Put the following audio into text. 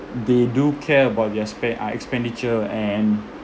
they do care about their spe~ uh expenditure and